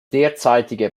derzeitige